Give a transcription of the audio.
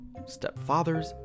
stepfathers